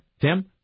Tim